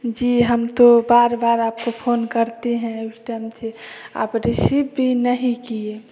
जी हम तो बार बार आपको फ़ोन करते है उस टाइम से आप रिसिव भी नहीं किए